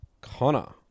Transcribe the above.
Connor